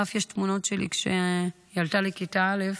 ואף יש תמונות שלי יחד איתה, כשהיא עלתה לכיתה א',